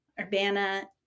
Urbana